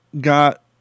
got